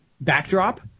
backdrop